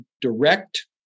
direct